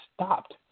stopped